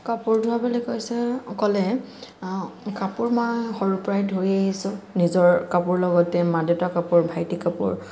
কাপোৰ ধোৱা বুলি কৈছে ক'লে কাপোৰ মই সৰুৰ পৰা ধুই আহিছো নিজৰ কাপোৰ লগতে মা দেউতাৰ কাপোৰ ভাইটিৰ কাপোৰ